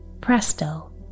presto